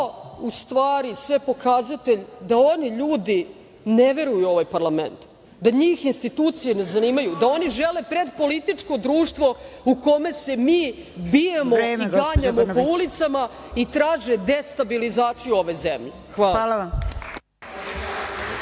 u stvari sve pokazatelj da oni ljudi ne veruju u ovaj parlament, da njih institucije ne zanimaju, da oni žele pred političko društvo u kome se mi bijemo i ganjamo po ulicama i traže destabilizaciju ove zemlje. Hvala.